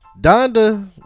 Donda